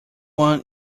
one